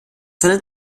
handelt